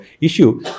issue